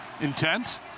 Intent